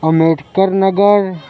Ambedkar Nagar